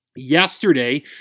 Yesterday